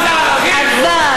את מבינה מה זה ערכים?